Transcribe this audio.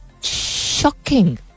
shocking